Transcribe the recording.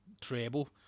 treble